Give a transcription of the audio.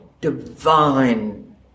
divine